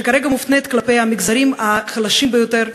שכרגע מופנית כלפי המגזרים החלשים ביותר,